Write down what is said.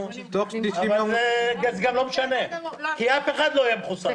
זה גם לא משנה, כי אף אחד לא יהיה מחוסן.